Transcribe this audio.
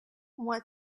what